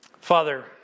Father